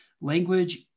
Language